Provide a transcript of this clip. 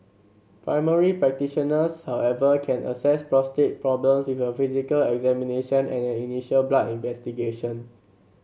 primary practitioners however can assess prostate problems with a physical examination and an initial blood investigation